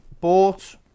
Bought